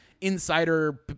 insider